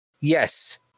Yes